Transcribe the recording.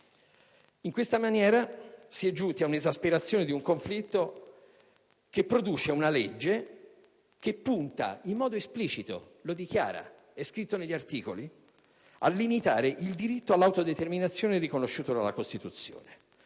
In questa maniera si è giunti all'esasperazione di un conflitto che produce una legge che punta in modo esplicito - è dichiarato, è scritto negli articoli - a limitare il diritto all'autodeterminazione riconosciuto dalla Costituzione.